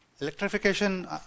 electrification